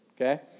okay